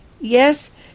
Yes